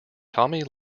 tommy